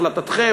החלטתכם,